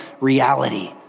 reality